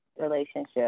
relationship